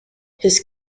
his